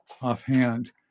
offhand